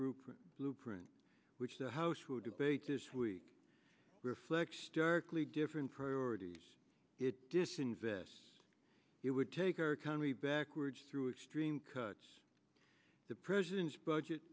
group blueprint which the house who debate this week reflects starkly different priorities it disinvest it would take our country backwards through extreme cuts the president's budget